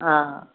हा